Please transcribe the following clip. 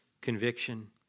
conviction